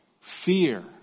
Fear